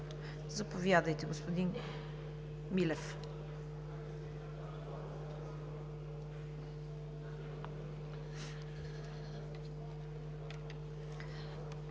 Заповядайте, господин Милев.